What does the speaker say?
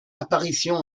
apparitions